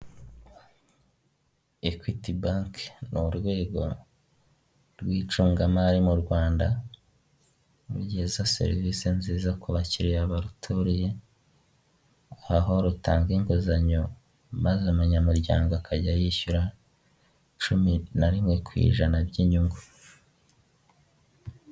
Imodoka nini dukunda kwita bisi mu Rwanda iparitse mu muhanda w'igitaka hakurya y'umuhanda kandi hari ahantu hahanamye hameze nko ku musozi ndetse hari n'ibiti wagirango ni mu ishyamba, iyi modoka rero ikunda gutwara abantu benshi hari aba bari kugenda bahagaze ndetse na bari kugenda bicaye yoroshya ibintu rwose, yoroshya urugendo mu buryo bw'imitwarire cyangwa se mu buryo bwo koroshya umubare munini w'abagenzi bitewe n'uwo mubare w'abo itwara.